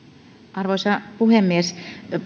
arvoisa puhemies